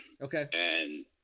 okay